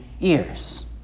ears